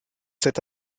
cette